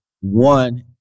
One